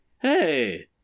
Hey